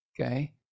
Okay